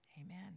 Amen